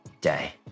day